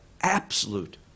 absolute